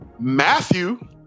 Matthew